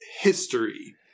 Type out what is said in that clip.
history